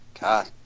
God